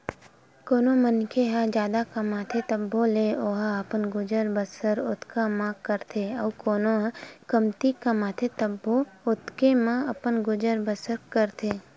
कोनो मनखे ह जादा कमाथे तभो ले ओहा अपन गुजर बसर ओतका म करथे अउ कोनो ह कमती कमाथे तभो ओतके म अपन गुजर बसर करथे